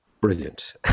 brilliant